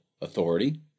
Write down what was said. authority